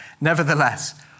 nevertheless